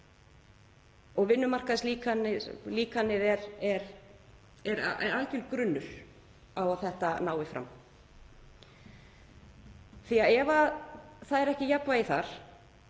og vinnumarkaðslíkanið er algjör grunnur að því að þetta nái fram því að ef það er ekki jafnvægi þar,